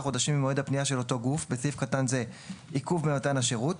ממועד הפנייה של אותו גוף (בסעיף קטן זה - עיכוב במתן השירות),